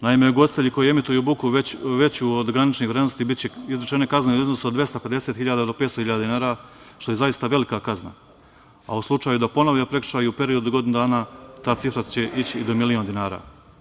Naime, ugostiteljima koji emituju buku veću od graničnih vrednosti biće izrečene kazne u iznosu od 250.000 do 500.000 dinara, što je zaista velika kazna, a u slučaju da ponove prekršaj u periodu od godinu dana ta cifra će ići i do 1.000.000 dinara.